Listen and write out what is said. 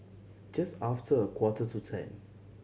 just after a quarter to ten